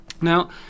Now